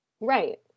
Right